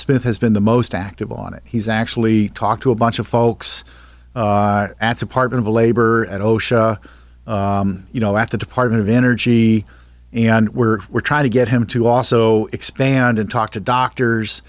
smith has been the most active on it he's actually talked to a bunch of folks at department of labor at osha you know at the department of energy and where we're trying to get him to also expanded talk to doctors